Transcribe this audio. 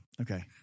Okay